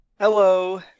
Hello